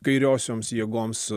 kairiosioms jėgoms